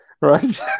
Right